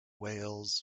wales